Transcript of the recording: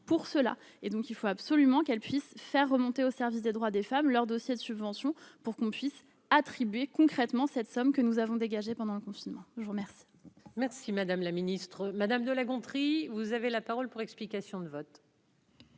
pour cela et donc il faut absolument qu'elle puisse faire remonter au service des droits des femmes, leurs dossiers de subvention pour qu'on puisse attribuer concrètement cette somme que nous avons dégagé pendant le confinement, je vous remercie. Merci madame la ministre madame de La Gontrie, vous avez la parole pour explication de vote.